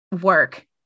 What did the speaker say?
work